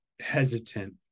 hesitant